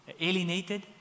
alienated